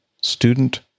student